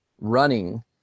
running